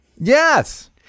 Yes